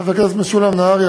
חבר הכנסת משולם נהרי,